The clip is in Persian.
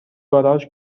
گاراژ